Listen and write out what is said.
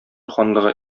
ханлыгы